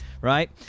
right